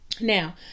Now